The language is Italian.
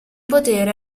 potere